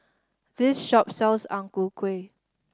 this shop sells Ang Ku Kueh